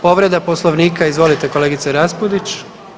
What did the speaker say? Povreda Poslovnika, izvolite kolegice Raspudić.